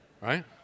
Right